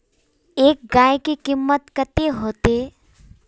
एक गाय के कीमत कते होते?